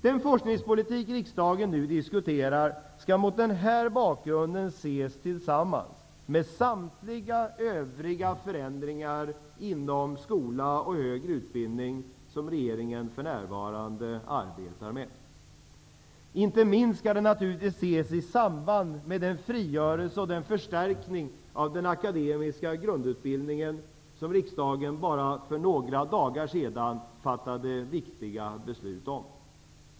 Den forskningspolitik riksdagen nu diskuterar skall mot denna bakgrund ses tillsammans med samtliga övriga förändringar inom skola och högre utbildning som regeringen för närvarande arbetar med. Inte minst skall den naturligtvis ses i samband med den frigörelse och den förstärkning av den akademiska grundutbildningen som riksdagen för bara några dagar sedan fattade viktiga beslut om.